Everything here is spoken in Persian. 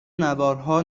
نوارها